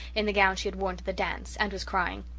in the gown she had worn to the dance, and was crying.